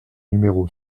numéro